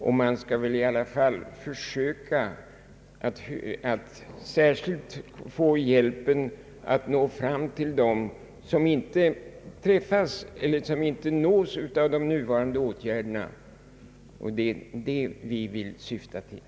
Vad vi syftar till är att hjälpen skall nå fram även till dem som inte nås av de nuvarande åtgärderna och över huvud taget av generella åtgärder.